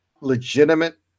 legitimate